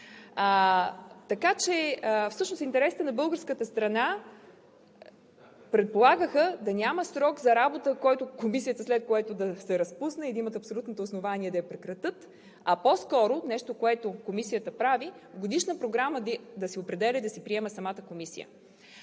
Така че всъщност интересите на българската страна предполагаха да няма срок за работа на Комисията, след което да се разпусне, и да имат абсолютното основание да я прекратят, а по-скоро нещо, което Комисията прави – годишна програма да си определя и да си приема самата комисия.